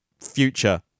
future